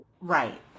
Right